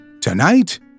Tonight